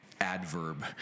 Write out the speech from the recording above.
adverb